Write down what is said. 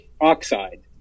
oxide